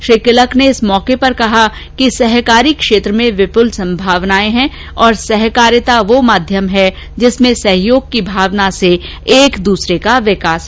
श्री किलक ने इस मौके पर कहा कि सहकारी क्षेत्र में विपुल संभावनाएं हैं और सहकारिता वह माध्यम है जिसमें सहयोग की भावना से एक दूसरे का विकास होता है